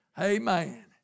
Amen